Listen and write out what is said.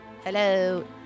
Hello